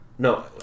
No